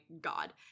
God